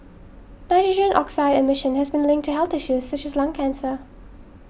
nitrogen oxide emission has been linked to health issues such as lung cancer